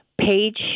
page